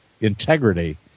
integrity